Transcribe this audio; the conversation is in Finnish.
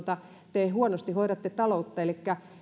te hoidatte huonosti taloutta elikkä